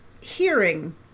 hearing